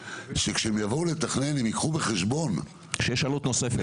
שכשהם יבואו לתכנן הם ייקחו בחשבון שיש עלות נוספת.